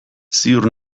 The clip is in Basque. ziur